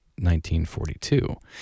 1942